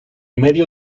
medio